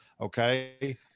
okay